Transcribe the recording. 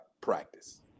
practice